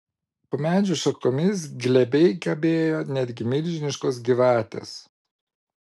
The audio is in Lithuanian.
po medžių šakomis glebiai kabėjo netgi milžiniškos gyvatės